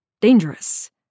dangerous